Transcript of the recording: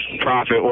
profit